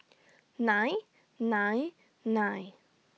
nine nine nine